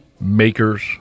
makers